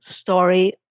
story